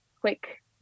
quick